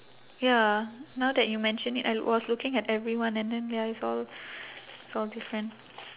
ya now that you mention it I was looking at everyone and then ya it's all it's all different